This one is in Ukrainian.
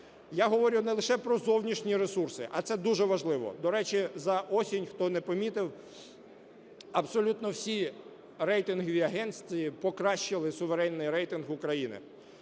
Я говорю не лише про зовнішній ресурси, а це дуже важливо. До речі, за осінь, хто не помітив, абсолютно всі рейтингові агенції покращили суверенний рейтинг України.